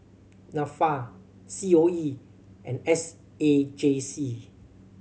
Nafa C O E and S A J C